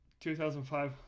2005